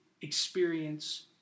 experience